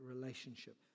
relationship